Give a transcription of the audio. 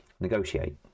negotiate